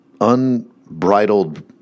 unbridled